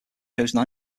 chosen